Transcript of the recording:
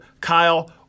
Kyle